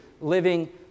living